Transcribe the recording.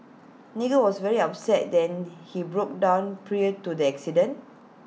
Nigel was very upset then and he broke down prior to the accident